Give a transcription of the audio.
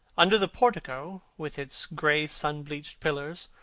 under the portico, with its grey, sun-bleached pillars,